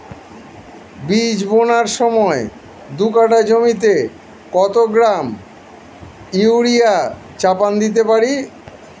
বীজ বোনার সময় দু কাঠা জমিতে কত গ্রাম ইউরিয়া চাপান দিতে পারি?